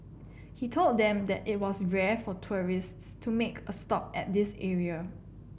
he told them that it was rare for tourists to make a stop at this area